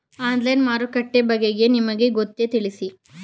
Online ಮಾರುಕಟ್ಟೆ ಬಗೆಗೆ ನಿಮಗೆ ಗೊತ್ತೇ? ತಿಳಿಸಿ?